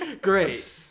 Great